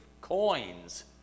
coins